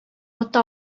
ата